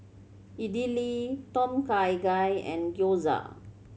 Idili Tom Kha Gai and Gyoza